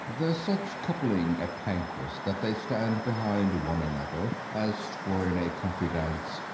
there's such coupling at pancras that they stand behind one another, as twere in a country-dance.